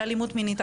על אלימות מינית,